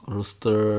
Rooster